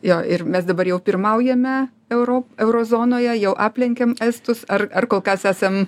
jo ir mes dabar jau pirmaujame euro euro zonoje jau aplenkėm estus ar ar kol kas esam